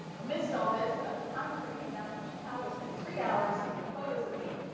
amidst all this, a photographer came down from chicago, spent three hours taking photos of me,